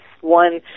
one